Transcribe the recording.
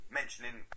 mentioning